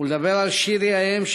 ולדבר על שירי האם,